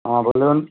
হ্যাঁ বলুন